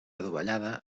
adovellada